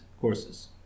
courses